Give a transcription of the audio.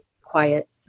quiet